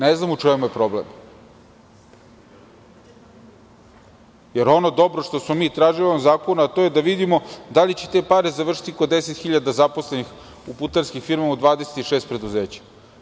Ne znam u čemu je problem, jer ono dobro što smo mi tražili u ovom zakonu, a to je da vidimo da li će te pare završiti kod 10 hiljada zaposlenih u putarskim firmama u 26 preduzeća.